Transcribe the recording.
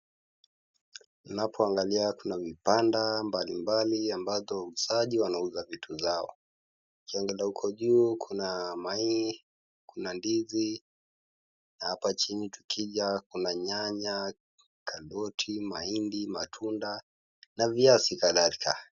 Tunapoangalia kuna vibanda mbalimbali ambazo wauzaji wanauza vitu zao, ukiangalia huko juu kuna mahindi, kuna ndizi na hapa chini tukija kuna nyanya, karoti, mahindi, matunda na viazi kadhalika